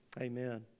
Amen